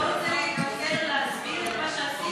אתה לא רוצה להתנצל או להסביר את מה שעשית?